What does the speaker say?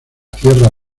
tierra